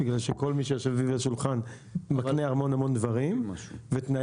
בגלל שכל מי שיושב סביבי לשולחן מקנה המון-המון דברים ותנאים,